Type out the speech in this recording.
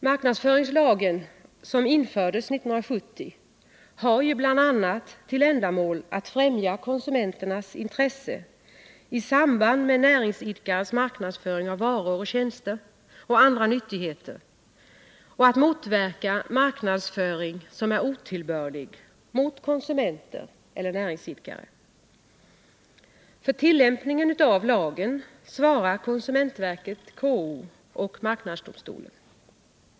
Marknadsföringslagen, som infördes 1970, har bl.a. till ändamål att främja konsumenternas intressen i samband med näringsidkares marknadsföring av varor, tjänster och andra nyttigheter och att motverka marknadsföring som är otillbörlig mot konsumenter eller näringsidkare. För tillämpningen av lagen svarar konsumentverket, KO och marknadsdomstolen.